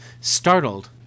Startled